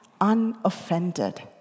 unoffended